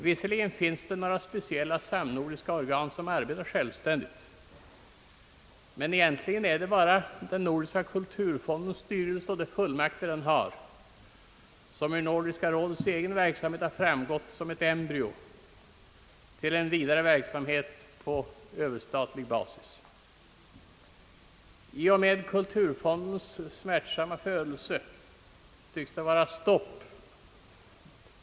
Visserligen finns några speciella samnordiska organ som arbetar självständigt, men det är egentligen endast den nordiska kulturfondens styrelse och de fullmakter den har som ur Nordiska rådets verksamhet framsprungit som ett embryo till en vidare verksamhet på överstatlig basis. I och med kulturfondens smärtsamma födelse tycks det vara stopp.